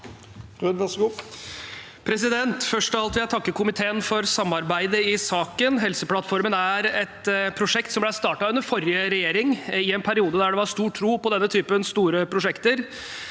for saken): Først av alt vil jeg takke komiteen for samarbeidet i saken. Helseplattformen er et prosjekt som ble startet under forrige regjering, i en periode der det var stor tro på denne typen store prosjekter.